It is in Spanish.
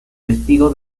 testigo